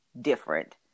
different